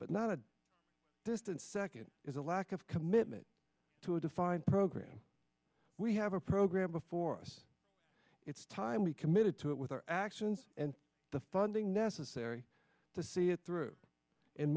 but not a distant second is a lack of commitment to a defined program we have a program before us it's time we committed to it with our actions and the funding necessary to see it through in